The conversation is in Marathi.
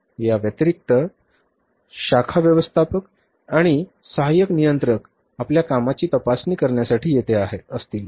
याव्यतिरिक्त उद्या शाखा व्यवस्थापक आणि सहाय्यक नियंत्रक आपल्या कामाची तपासणी करण्यासाठी येथे असतील